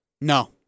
No